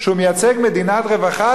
שהוא מייצג מדינת רווחה?